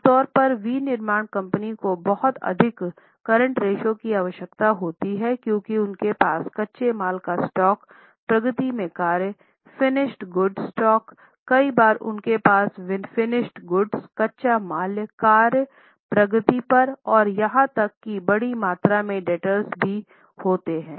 आम तौर पर विनिर्माण कंपनी को बहुत अधिक करंट रेश्यो की आवश्यकता होती है क्योंकि उनके पास कच्चे माल का स्टॉक प्रगति में काम फिनिश गुडस स्टॉक कई बार उनके पास फिनिश गुडस कच्चा माल कार्य प्रगति पर और यहां तक कि बड़ी मात्रा में डेब्टर्स भी होते हैं